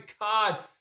God